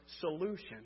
solution